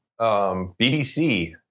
BBC